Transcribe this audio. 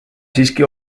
siiski